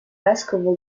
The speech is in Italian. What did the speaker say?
vescovo